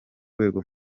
rwego